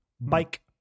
bike